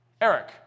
Eric